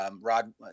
rod